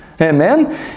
Amen